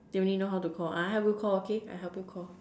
they only know how to Call I help you Call okay I help you Call